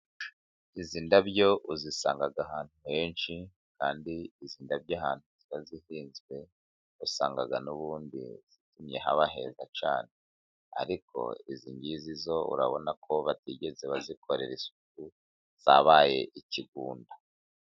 Izi ndabo uzisanga ahantu henshi ,kandi izi ndabo ahantu ziba zihinzwe usanga n'ubundi zitumye haba heza cyane ,ariko izi ngizi zo urabonako batigeze bazikorera isuku, zabaye ikigunda.